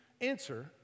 answer